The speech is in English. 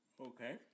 Okay